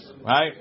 Right